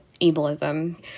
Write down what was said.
ableism